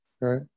right